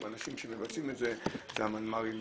והאנשים שמבצעים את זה אלה המנמ"רים הממשלתיים.